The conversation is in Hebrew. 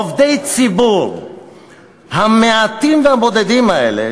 עובדי ציבור המעטים והבודדים האלה,